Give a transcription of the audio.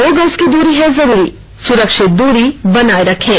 दो गज की दूरी है जरूरी सुरक्षित दूरी बनाए रखें